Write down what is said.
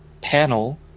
panel